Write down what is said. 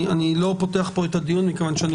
אני לא פותח את הדיון מכיוון שאני